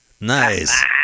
Nice